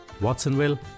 Watsonville